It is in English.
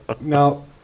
Now